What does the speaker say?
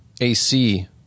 AC